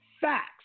Facts